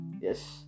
Yes